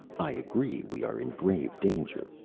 i agree we are in grave danger.